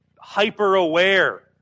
hyper-aware